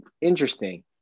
interesting